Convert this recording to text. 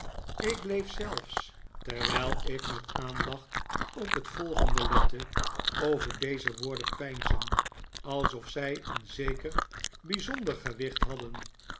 ik bleef zelfs terwijl ik met aandacht op het volgende lette over deze woorden peinzen alsof zij een zeker bijzonder gewicht hadden